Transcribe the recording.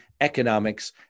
economics